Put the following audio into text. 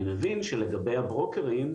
אני מבין שלגבי הברוקרים,